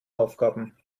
aufgaben